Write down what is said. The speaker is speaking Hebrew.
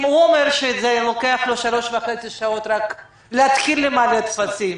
אם הוא אומר שלוקח לו שלוש וחצי שעות רק להתחיל למלא טפסים,